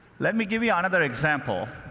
let me give you another example.